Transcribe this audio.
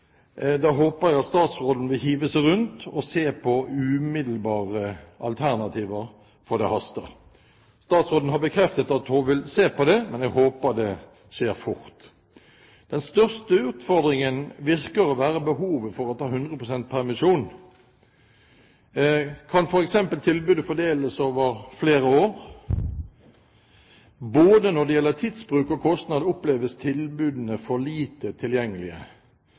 håper jeg at statsråden vil hive seg rundt og se på umiddelbare alternativer, for det haster. Statsråden har bekreftet at hun vil se på det, og jeg håper det skjer fort. Den største utfordringen ser ut til å være behovet for å ta 100 pst. permisjon. Kan f.eks. tilbudet fordeles over flere år? Både når det gjelder tidsbruk og kostnad, oppleves tilbudene for lite tilgjengelige.